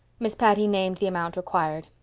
miss patty named the amount required.